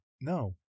No